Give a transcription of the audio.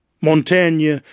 Montaigne